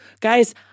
Guys